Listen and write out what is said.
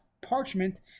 parchment